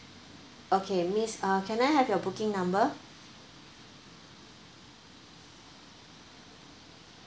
okay miss uh can I have your booking number